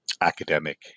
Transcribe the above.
academic